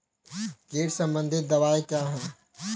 कीट संबंधित दवाएँ क्या हैं?